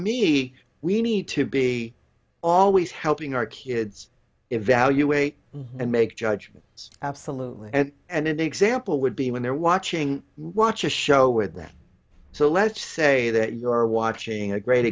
me we need to be always helping our kids evaluate and make judgments absolutely and an example would be when they're watching watch a show with that so let's say that you are watching a great